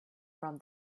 from